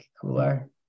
cooler